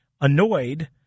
annoyed